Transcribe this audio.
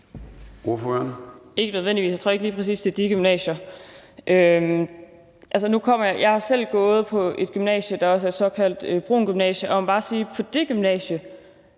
Ikke nødvendigvis. Jeg tror ikke, det er lige præcis de gymnasier. Jeg har selv gået på et gymnasium, der også er et såkaldt brunt gymnasium, og jeg må bare sige, at på det gymnasium